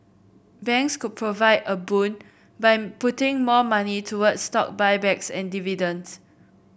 banks could provide a boon by putting more money toward stock buybacks and dividends